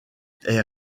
est